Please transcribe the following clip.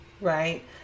right